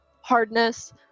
hardness